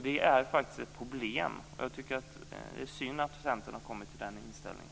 Det är ett problem, och jag tycker att det är synd att Centern har kommit fram till den inställningen.